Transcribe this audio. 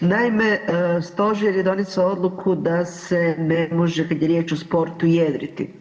Naime, stožer je donesao odluku da se ne može kad je riječ o sportu jedriti.